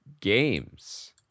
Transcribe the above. games